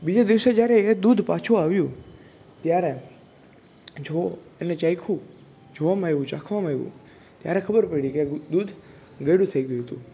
બીજે દિવસે જ્યારે એ દૂધ પાછું આવ્યું ત્યારે જો એને ચાખ્યું જોવામાં આવ્યું ચાખવામાં આવ્યું ત્યારે ખબર પડી કે દૂધ ગળ્યું થઈ ગયું હતું